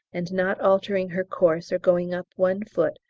and not altering her course or going up one foot,